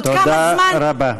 תודה רבה.